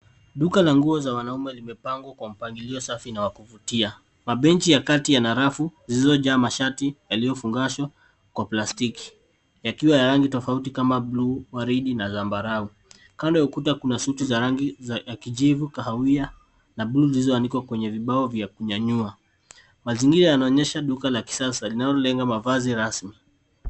Duka la nguo za wanaume limepangwa kwa mpangilio safi na wa kuvutia. Mabenchi ya kati yana rafu zilizojaa mashati yaliofungashwa kwa plastiki yakiwa na rangi tofauti kama bluu, waridi na zambarau. Kando ya ukuta kuna suti za rangi ya kijivu, kahawia na bluu zilizoanikwa kwenye vibao vya kunyanyua. Mazingira yanaonyesha duka la kisasa linalolenga mavazi rasmi.